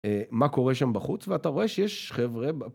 מה קורה שם בחוץ, ואתה רואה שיש חבר'ה...